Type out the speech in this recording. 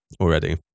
already